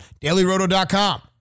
DailyRoto.com